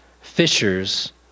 fishers